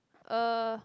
uh